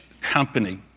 company